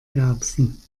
erbsen